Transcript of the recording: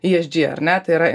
i es dži ar ne tai yra